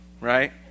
right